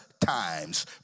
times